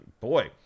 boy